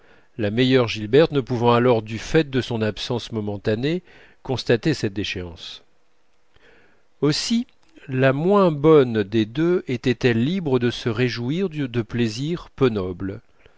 la meilleure gilberte ne pouvant alors du fait de son absence momentanée constater cette déchéance aussi la moins bonne des deux était-elle libre de se réjouir de plaisirs peu nobles